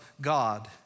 God